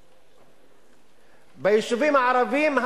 הטייקונים, העשירים.